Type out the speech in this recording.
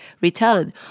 return